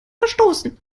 verstoßen